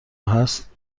هست